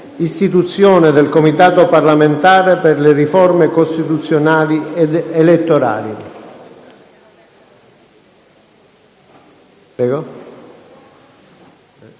Istituzione del Comitato parlamentare per le riforme costituzionali ed elettorali